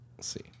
See